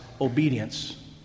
obedience